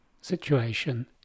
situation